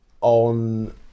on